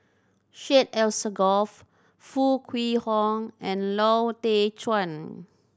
Syed Alsagoff Foo Kwee Horng and Lau Teng Chuan